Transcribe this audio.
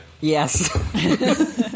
Yes